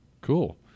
Cool